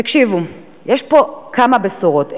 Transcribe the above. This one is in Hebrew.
תקשיבו, יש פה כמה בשורות.